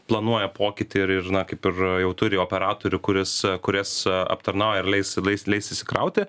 planuoja pokytį ir ir na kaip ir jau turi operatorių kuris kurias aptarnauja ir leis leis leis įsikrauti